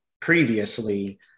previously